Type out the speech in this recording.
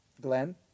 Glenn